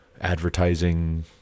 advertising